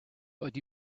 but